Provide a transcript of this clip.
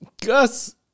Gus